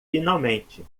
finalmente